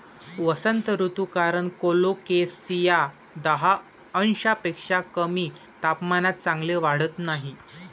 वसंत ऋतू कारण कोलोकेसिया दहा अंशांपेक्षा कमी तापमानात चांगले वाढत नाही